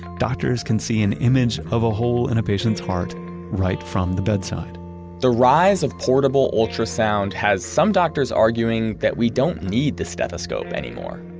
doctors can see an image of a hole in a patient's heart right from the bedside the rise of portable ultrasound has some doctors arguing that we don't need this stethoscope anymore.